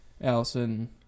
Allison